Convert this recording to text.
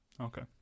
Okay